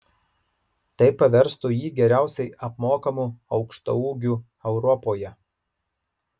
tai paverstų jį geriausiai apmokamu aukštaūgiu europoje